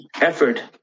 effort